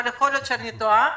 אבל יכול להיות שאני טועה.